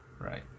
Right